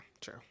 true